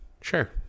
sure